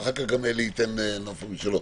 ואחר כן גם אלי אבידר ייתן נופך משלו.